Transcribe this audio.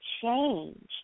change